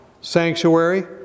sanctuary